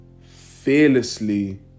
fearlessly